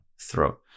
throat